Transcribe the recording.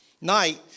Night